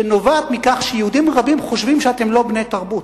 שנובעת מכך שיהודים רבים חושבים שאתם לא בני תרבות.